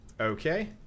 Okay